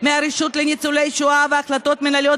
מהרשות לניצולי שואה בהחלטות מינהליות,